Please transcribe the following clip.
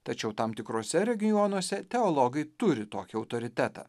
tačiau tam tikruose regionuose teologai turi tokį autoritetą